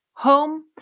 Home